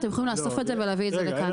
אתם יכולים לאסוף את זה ולהביא את זה לכאן.